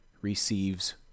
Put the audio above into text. receives